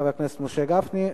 חבר הכנסת משה גפני.